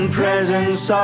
presence